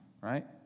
right